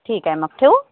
ठीक आहे मग ठेऊ